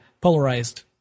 polarized